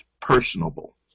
personable